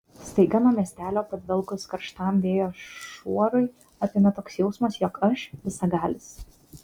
staiga nuo miestelio padvelkus karštam vėjo šuorui apėmė toks jausmas jog aš visagalis